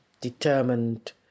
determined